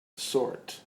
sort